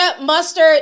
mustard